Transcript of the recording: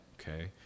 okay